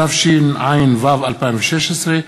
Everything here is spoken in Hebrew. התשע"ו 2016,